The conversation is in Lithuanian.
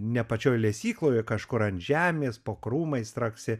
ne pačioj lesykloj o kažkur ant žemės po krūmais straksi